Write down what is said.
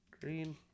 Green